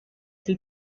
sie